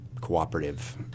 cooperative